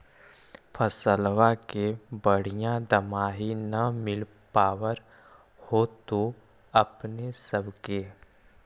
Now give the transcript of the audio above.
फसलबा के बढ़िया दमाहि न मिल पाबर होतो अपने सब के?